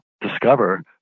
discover